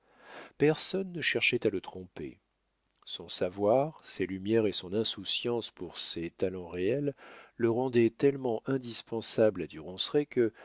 personne ne cherchait à le tromper son savoir ses lumières et son insouciance pour ses talents réels le rendaient tellement indispensable à du ronceret que